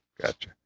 Gotcha